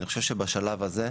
אני חושב שבשלב הזה,